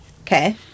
Okay